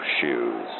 shoes